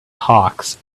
hawks